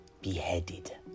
beheaded